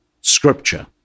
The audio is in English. scripture